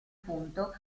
punto